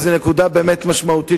זאת נקודה באמת משמעותית,